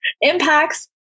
impacts